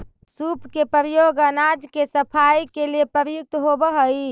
सूप के प्रयोग अनाज के सफाई के लिए प्रयुक्त होवऽ हई